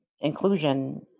inclusion